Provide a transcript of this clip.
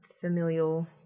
familial